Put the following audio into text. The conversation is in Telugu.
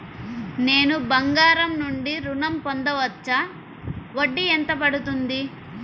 నేను బంగారం నుండి ఋణం పొందవచ్చా? వడ్డీ ఎంత పడుతుంది?